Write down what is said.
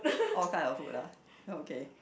all kind of food lah okay